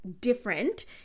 different